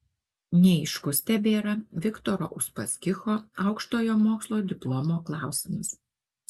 neaiškus tebėra viktoro uspaskicho aukštojo mokslo diplomo klausimas